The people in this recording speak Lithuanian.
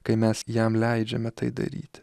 kai mes jam leidžiame tai daryti